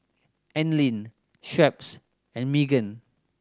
Anlene Schweppes and Megan